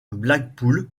blackpool